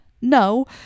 No